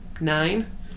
nine